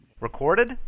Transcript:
Recorded